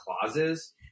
clauses